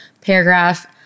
paragraph